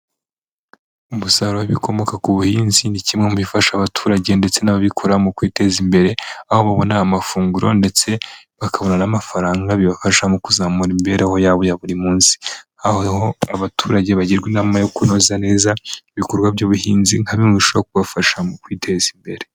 Umusaruro w'ibikomoka ku buhinzi ni kimwe mu bifasha abaturage ndetse n'abikorera mu kwiteza imbere, aho babona amafunguro ndetse bakabona n'amafaranga, bibafasha mu kuzamura imibereho yabo ya buri munsi, aho abaturage bagirwa inama yo kunoza neza ibikorwa by'ubuhinzi nka bimwe mu bishobora kubafasha mu kwiteza imbere.